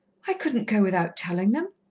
i couldn't go without telling them.